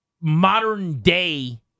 modern-day